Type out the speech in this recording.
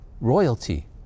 royalty